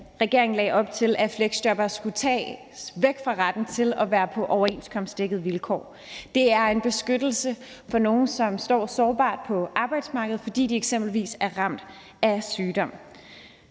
regeringen lagde op til, at fleksjobbere skulle fratages retten til at være på overenskomstdækkede vilkår. Det er en beskyttelse af nogle, som er sårbare på arbejdsmarkedet, fordi de eksempelvis er ramt af sygdom.